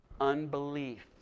unbelief